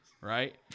right